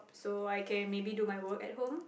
so I can maybe do my work at home